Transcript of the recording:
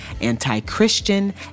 anti-Christian